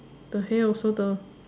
the hay also the